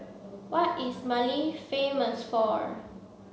what is Mali famous for